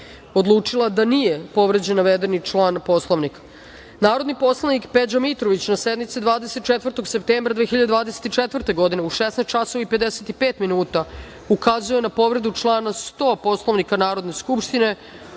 odlučila da nije povređen navedeni član Poslovnika. Narodni poslanik Peđa Mitrović, na sednici 24. septembra 2024. godine, u 16 časova i 55 minuta ukazao je na povredu člana 100. Poslovnika Narodne skupštine. Molim